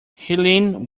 helene